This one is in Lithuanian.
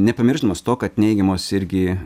nepamiršdamas to kad neigiamos irgi